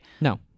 No